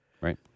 right